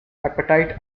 appetite